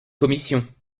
commission